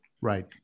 Right